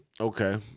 Okay